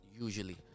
usually